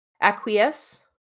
Acquiesce